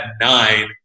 nine